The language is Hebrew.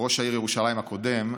ראש העיר ירושלים הקודם,